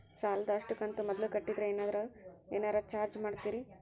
ಸಾಲದ ಅಷ್ಟು ಕಂತು ಮೊದಲ ಕಟ್ಟಿದ್ರ ಏನಾದರೂ ಏನರ ಚಾರ್ಜ್ ಮಾಡುತ್ತೇರಿ?